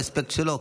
באספקט שלו,